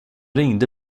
ringde